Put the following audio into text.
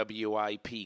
WIP